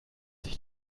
sich